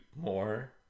more